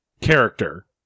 character